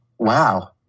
Wow